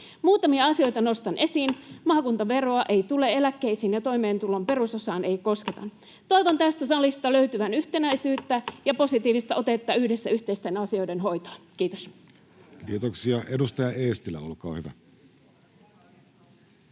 Muutamia asioita nostan esiin: maakuntaveroa ei tule, eläkkeisiin ja toimeentulon perusosaan ei kosketa. Toivon tästä salista löytyvän yhtenäisyyttä ja positiivista otetta yhdessä yhteisten asioiden hoitoon. — Kiitos. [Speech 115] Speaker: